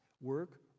Work